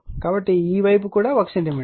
కాబట్టి ఈ వైపు కూడా 1 సెంటీమీటర్